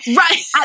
right